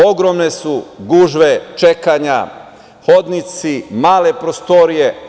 Ogromne su gužve, čekanja, hodnici, male prostorije.